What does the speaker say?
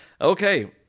Okay